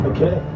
Okay